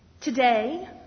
Today